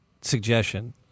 suggestion